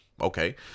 Okay